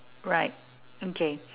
right okay